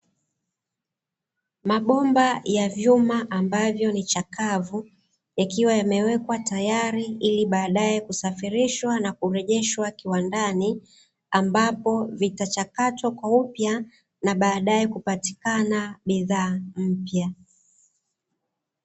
Mabomba ya vyuma ambavyo ni chakavu yakiwa yamewekwa tayari ili baadae kusafirishwa na kurejeshwa kiwandani, ambapo zitachakatwa upya na baadae kupatikana bidhaa mpya.